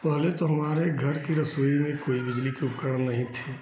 पहले तो हमारे घर की रसोई में कोई बिजली के उपकरण नहीं थे